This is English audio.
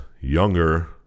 younger